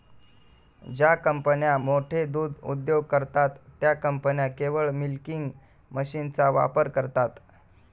ज्या कंपन्या मोठे दूध उद्योग करतात, त्या कंपन्या केवळ मिल्किंग मशीनचा वापर करतात